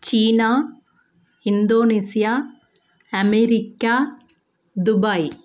China Indonesia America Dubai